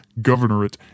governorate